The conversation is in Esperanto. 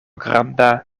granda